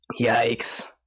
Yikes